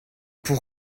pour